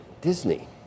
Disney